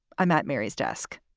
i'm at mary's desk.